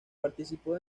participó